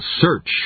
search